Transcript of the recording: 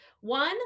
One